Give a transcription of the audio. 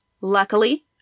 Luckily